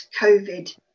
COVID